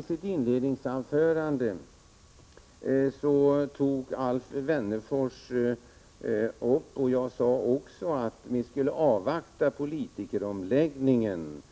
I sitt inledningsanförande sade Alf Wennerfors — och jag har också sagt det — att vi skulle avvakta ”politikeromläggningen”,